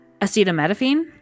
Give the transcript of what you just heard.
acetaminophen